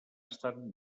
estat